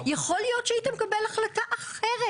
יכול להיות שהיית מקבל החלטה אחרת.